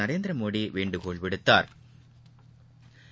நரேந்திரமோடிவேண்டுகோள் விடுத்தாா்